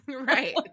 right